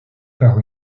par